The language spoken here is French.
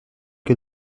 que